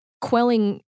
quelling